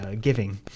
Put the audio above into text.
giving